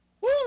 woo